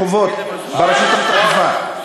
חובות ברשות האכיפה.